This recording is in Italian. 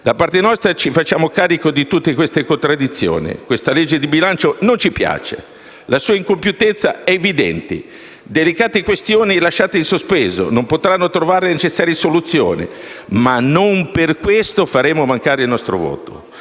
Da parte nostra ci facciamo carico di tutte queste contraddizioni. Questa legge di bilancio non ci piace e la sua incompiutezza è evidente: le delicate questioni lasciate in sospeso non potranno trovare le necessarie soluzioni. Ma non per questo faremo mancare il nostro voto,